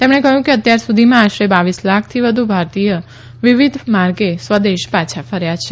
તેમણે કહ્યું કે અત્યાર સુધીમાં આશરે બાવીસ લાખથી વધુ ભારતીય વિવિધ માર્ગે સ્વદેશ પાછા ફર્યા છે